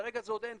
כרגע זה עוד אין,